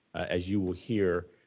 as you will hear,